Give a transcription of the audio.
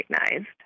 recognized